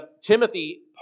Timothy